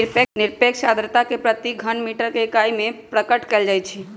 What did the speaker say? निरपेक्ष आर्द्रता के प्रति घन मीटर के इकाई में प्रकट कइल जाहई